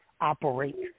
operate